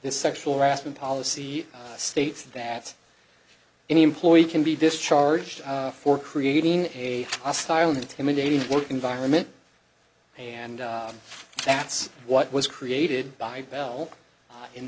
the sexual harassment policy states that any employee can be discharged for creating a hostile and intimidating work environment and that's what was created by bell in